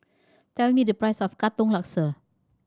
tell me the price of Katong Laksa